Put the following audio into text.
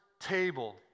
table